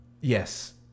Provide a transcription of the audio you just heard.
Yes